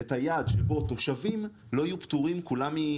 את היעד שבו תושבים לא יהיו פטורים כולם.